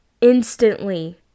instantly